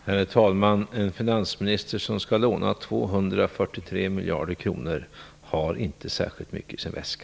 Herr talman! En finansminister som skall låna 243 miljarder kronor har inte särskilt mycket i sin väska.